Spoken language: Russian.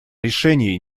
решение